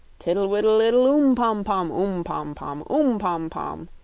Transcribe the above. tiddle-widdle-iddle, oom pom-pom, oom pom-pom oom pom-pom!